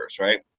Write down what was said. right